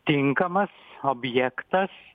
tinkamas objektas